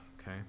okay